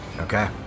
Okay